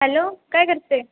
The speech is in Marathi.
हॅलो काय करते